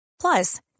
Plus